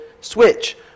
switch